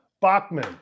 Bachman